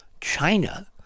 china